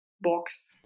box